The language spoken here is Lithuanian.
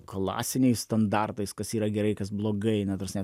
klasiniais standartais kas yra gerai kas blogai na ta prasme